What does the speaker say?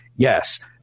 Yes